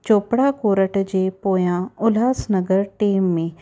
Chopra court जे पोयां उल्हासनगर टे में